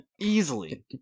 Easily